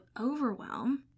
overwhelm